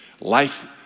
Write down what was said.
Life